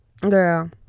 Girl